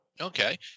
Okay